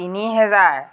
তিনি হেজাৰ